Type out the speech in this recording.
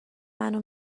منو